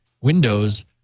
Windows